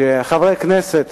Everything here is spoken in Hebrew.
שחברי כנסת